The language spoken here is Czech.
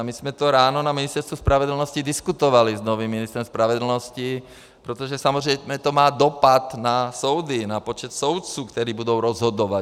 A my jsme to ráno na Ministerstvu spravedlnosti diskutovali s novým ministrem spravedlnosti, protože samozřejmě to má dopad na soudy, na počet soudců, kteří budou rozhodovat.